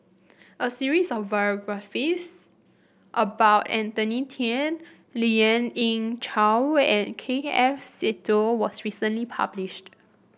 a series of biographies about Anthony Then Lien Ying Chow and K F Seetoh was recently published